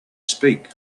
speak